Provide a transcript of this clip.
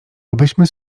abyśmy